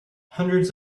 hundreds